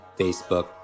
Facebook